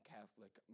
Catholic